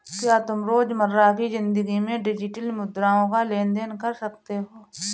क्या तुम रोजमर्रा की जिंदगी में डिजिटल मुद्राओं का लेन देन कर सकते हो?